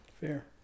Fair